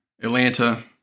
Atlanta